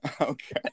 okay